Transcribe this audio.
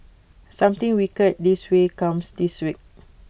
something wicked this way comes this week